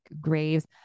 graves